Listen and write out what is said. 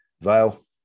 Vale